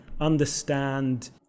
understand